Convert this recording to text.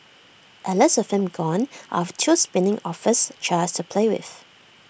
at least him gone I'll have two spinning office chairs to play with